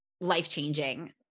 life-changing